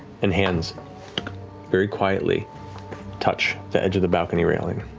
and hands very quietly touch the edge of the balcony railing.